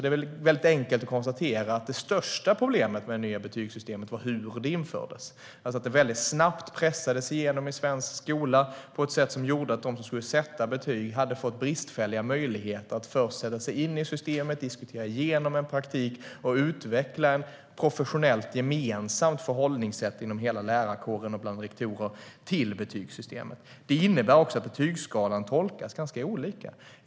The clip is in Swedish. Det är enkelt att konstatera att det största problemet med det nya betygssystemet var hur det infördes. Det pressades igenom väldigt snabbt i svensk skola på ett sätt som gjorde att de som skulle sätta betyg hade fått bristfälliga möjligheter att först sätta sig in i systemet, diskutera igenom en praktik och utveckla ett professionellt, gemensamt förhållningssätt inom hela lärarkåren och bland rektorerna till betygssystemet. Det innebär också att betygsskalan tolkas ganska olika.